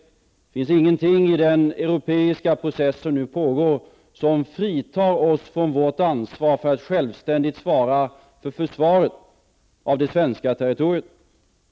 Det finns ingenting i den europeiska process som nu pågår som fritar oss från vårt ansvar att självständigt svara för försvaret av det svenska territoriet.